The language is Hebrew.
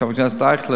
חבר הכנסת אייכלר,